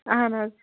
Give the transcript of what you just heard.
اَہَن حظ